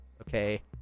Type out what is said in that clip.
okay